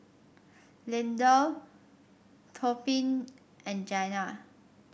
Lindell Tobin and Janna